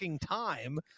time